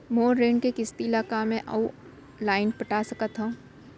मोर ऋण के किसती ला का मैं अऊ लाइन पटा सकत हव?